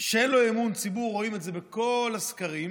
שאין לו אמון ציבור, רואים את זה בכל הסקרים,